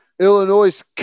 Illinois